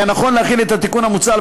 היה נכון להחיל את התיקון המוצע על